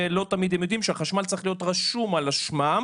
ולא תמיד הם יודעים שהחשמל צריך להיות רשום על שמם,